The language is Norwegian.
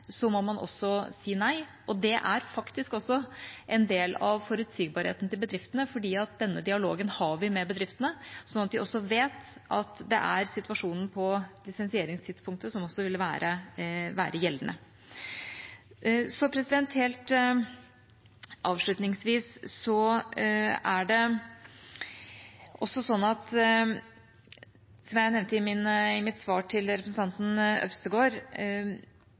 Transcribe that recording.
må man si nei, og det er faktisk også en del av forutsigbarheten til bedriftene. Denne dialogen har vi med bedriftene, sånn at de vet at det er situasjonen på lisensieringstidspunktet som vil være gjeldende. Helt avslutningsvis: Det er også sånn, som jeg nevnte i mitt svar til representanten Øvstegård,